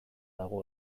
dago